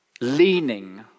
Leaning